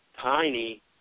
tiny